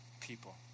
people